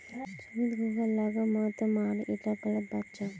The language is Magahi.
सुमित घोंघा लाक मत मार ईटा गलत बात छ